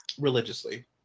Religiously